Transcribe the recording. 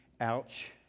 Ouch